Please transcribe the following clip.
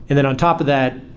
and then on top of that,